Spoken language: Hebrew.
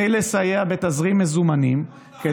עודד,